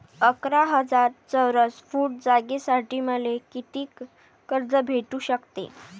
अकरा हजार चौरस फुट जागेसाठी मले कितीक कर्ज भेटू शकते?